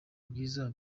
bwiza